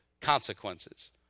consequences